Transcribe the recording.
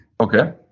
Okay